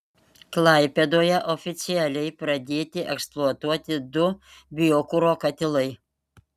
klaipėdoje oficialiai pradėti eksploatuoti du biokuro katilai